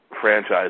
franchise